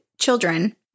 children